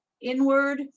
Inward